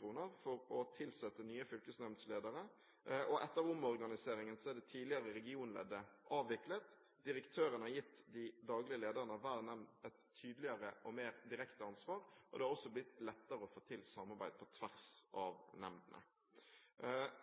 for å tilsette nye fylkesnemndsledere, og etter omorganiseringen er det tidligere regionleddet avviklet. Direktøren har gitt de daglige lederne av hver nemnd et tydeligere og mer direkte ansvar, og det er også blitt lettere å få til samarbeid på tvers av nemndene.